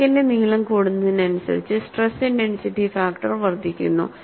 ക്രാക്കിന്റെ നീളം കൂടുന്നതിനനുസരിച്ച് സ്ട്രെസ് ഇന്റെൻസിറ്റി ഫാക്ടർ വർദ്ധിക്കുന്നു